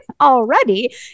already